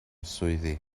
swyddi